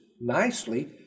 Nicely